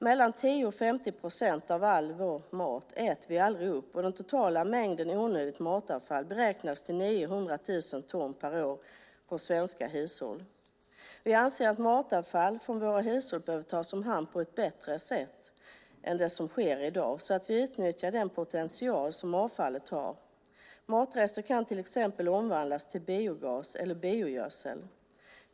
Mellan 10 och 50 procent av all vår mat äter vi inte upp, och den totala mängden onödigt matavfall från svenska hushåll beräknas till 900 000 ton per år. Vi anser att matavfall från våra hushåll behöver tas om hand på ett bättre sätt än vad som sker i dag så att vi kan utnyttja den potential som avfallet har. Matrester kan till exempel omvandlas till biogas och biogödsel.